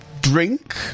drink